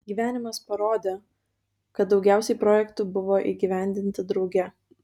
gyvenimas parodė kad daugiausiai projektų buvo įgyvendinti drauge